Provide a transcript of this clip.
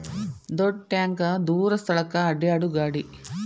ದೊಡ್ಡ ಟ್ಯಾಂಕ ದೂರ ಸ್ಥಳಕ್ಕ ಅಡ್ಯಾಡು ಗಾಡಿ